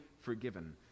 forgiven